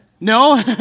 No